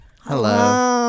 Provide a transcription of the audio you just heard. Hello